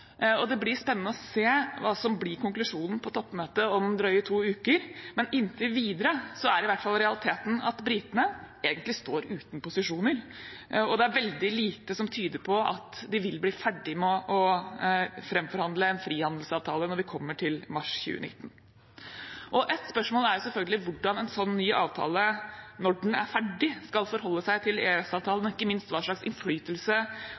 og det blir spennende å se hva som blir konklusjonen på toppmøtet om drøye to uker. Inntil videre er i hvert fall realiteten at britene egentlig står uten posisjoner, og det er veldig lite som tyder på at de vil bli ferdige med å framforhandle en frihandelsavtale når vi kommer til mars 2019. Ett spørsmål er jo selvfølgelig hvordan en sånn ny avtale, når den er ferdig, skal forholde seg til EØS-avtalen, og ikke minst hva slags innflytelse